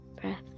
breath